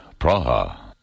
Praha